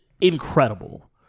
incredible